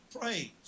praise